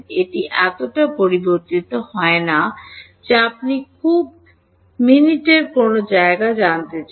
এটি এতটা পরিবর্তিত হয় না যে আপনি খুব মিনিটের কোনও জায়গায় জানতে চান